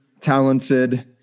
talented